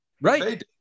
right